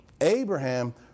Abraham